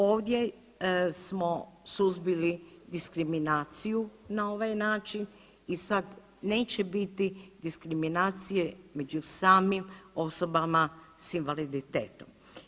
Ovdje smo suzbili diskriminaciju na ovaj način i sad neće biti diskriminacije među samim osobama sa invaliditetom.